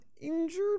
injured